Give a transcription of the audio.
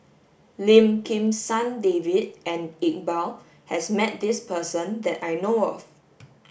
Lim Kim San David and Iqbal has met this person that I know of